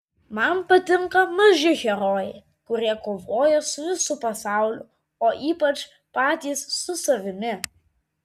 man patinka maži herojai kurie kovoja su visu pasauliu o ypač patys su savimi